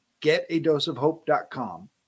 getadoseofhope.com